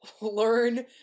Learn